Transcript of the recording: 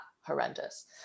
horrendous